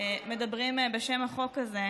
מדברים בשם החוק הזה,